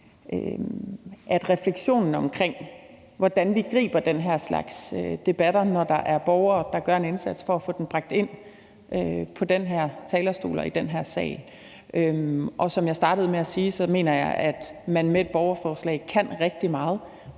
på refleksionen omkring, hvordan vi griber den slags debatter, når der er borgere, der gør en indsats for at få dem bragt ind i den her sal og på den her talerstol. Og som jeg startede med at sige, mener jeg, at man med et borgerforslag kan rigtig meget,